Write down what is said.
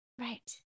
Right